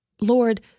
Lord